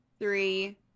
three